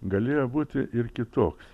galėjo būti ir kitoks